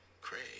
Craig